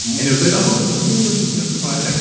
and it was like, oh, the universe is going to provide.